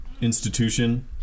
institution